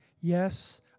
Yes